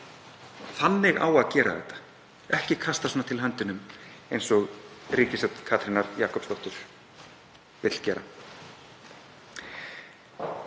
Þannig á að gera þetta ekki kasta til höndunum eins og ríkisstjórn Katrínar Jakobsdóttur vill gera.